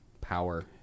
power